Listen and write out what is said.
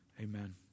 Amen